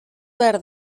behar